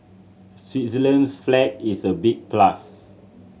Switzerland's flag is a big plus